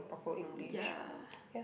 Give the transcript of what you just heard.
ya